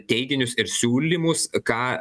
teiginius ir siūlymus ką